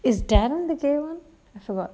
is darren the gay one I forgot